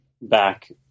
back